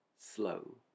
slow